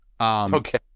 Okay